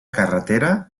carretera